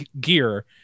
gear